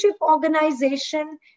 organization